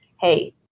hey